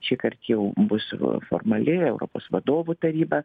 šįkart jau bus formali europos vadovų taryba